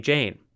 Jane